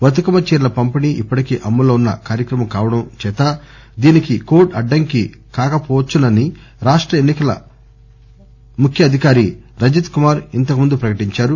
బతుకమ్మ చీరల పంపిణీ ఇప్పటికే అమల్లో ఉన్న కార్యక్రమం కావడం చేత దీనికి కోడ్ అడ్డంకి కాకపోవచ్చునని రాష్ట ఎన్ని కల ప్రధానాధికారి రజత్కుమార్ ఇంతకు ముందు ప్రకటించారు